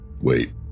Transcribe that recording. Wait